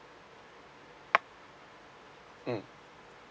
mm